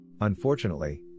Unfortunately